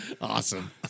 Awesome